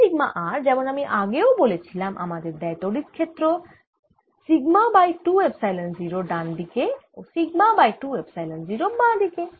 এই sigma r যেমন আমি আগেও বলেছিলাম আমাদের দেয় তড়িৎ ক্ষেত্র সিগমা বাই 2 এপসাইলন 0 ডান দিকে ও সিগমা বাই 2 এপসাইলন 0 বাঁ দিকে